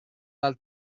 dal